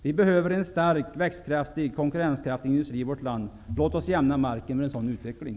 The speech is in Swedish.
Vi behöver en stark, växtkraftig och konkurrenskraftig industri i vårt land. Låt oss jämna marken för en sådan utveckling.